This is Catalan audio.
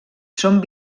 són